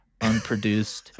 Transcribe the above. unproduced